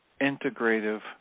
integrative